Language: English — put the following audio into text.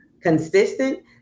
Consistent